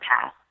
path